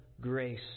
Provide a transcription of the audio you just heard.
grace